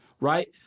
right